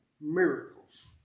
miracles